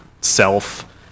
self